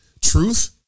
truth